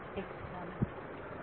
विद्यार्थी